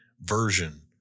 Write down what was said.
version